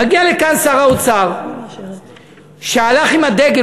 מגיע לכאן שר האוצר שהלך עם הדגל,